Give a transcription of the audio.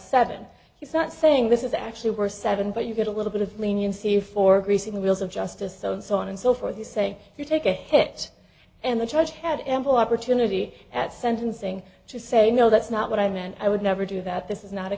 seven he's not saying this is actually worth seven but you get a little bit of leniency for greasing the wheels of justice so so on and so forth you say you take a hit and the judge had ample opportunity at sentencing to say no that's not what i meant i would never do that this is not a